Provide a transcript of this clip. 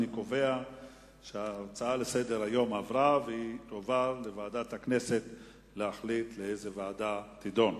אני קובע שההצעה התקבלה וועדת הכנסת כדי שתחליט באיזו ועדה הנושא יידון.